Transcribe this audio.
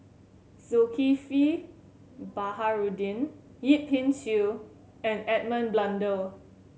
Zulkifli Baharudin Yip Pin Xiu and Edmund Blundell